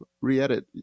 re-edit